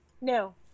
No